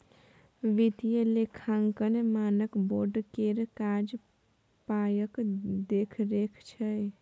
वित्तीय लेखांकन मानक बोर्ड केर काज पायक देखरेख छै